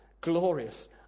glorious